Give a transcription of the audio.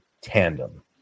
tandem